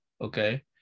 okay